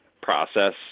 process